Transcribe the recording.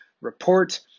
Report